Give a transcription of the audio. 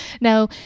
Now